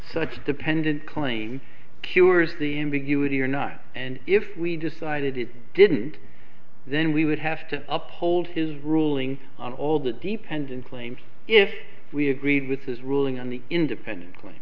such a dependent claim cures the ambiguity or not and if we decided it didn't then we would have to uphold his ruling on all the dependent claims if we agreed with his ruling on the independently